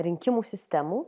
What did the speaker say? rinkimų sistemų